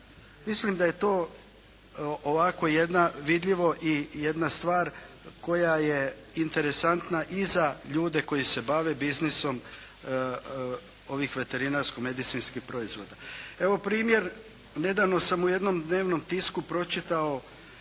Mislim da je to ovako jedna vidljivo i jedna stvar koja je interesantna i za ljude koji se bave biznisom, ovih veterinarsko-medicinskih proizvoda. Evo primjer, nedavno sam u jednom dnevnom tisku pročitao